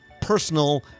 personal